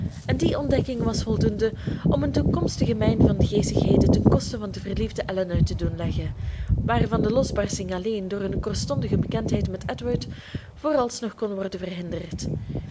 en die ontdekking was voldoende om een toekomstige mijn van geestigheden ten koste van de verliefde elinor te doen leggen waarvan de losbarsting alleen door hun kortstondige bekendheid met edward vooralsnog kon worden verhinderd